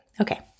Okay